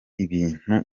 ibintu